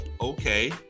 okay